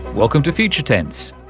welcome to future tense.